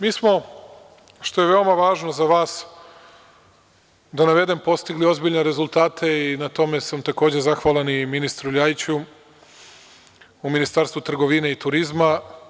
Mi smo, što je veoma važno za vas da navedem, postigli ozbiljne rezultate i na tome sam takođe zahvalan i ministru Ljajiću u Ministarstvu trgovine i turizma.